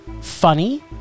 funny